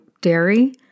dairy